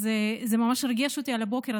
אז זה ממש ריגש אותי על הבוקר,